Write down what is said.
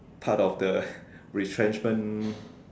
part of the retrenchment